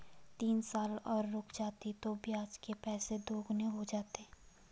तीन साल और रुक जाता तो ब्याज के पैसे दोगुने हो जाते